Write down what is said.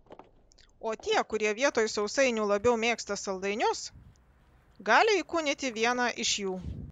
o tie kurie vietoj sausainių labiau mėgsta saldainius gali įkūnyti vieną iš jų